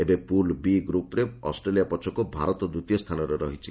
ଏବେ pool B ଗ୍ରପ୍ରେ Australia ପଛକୁ ଭାରତ ଦ୍ୱିତୀୟ ସ୍ଥାନରେ ରହିଛି